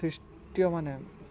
ଖ୍ରୀଷ୍ଟୀୟମାନେ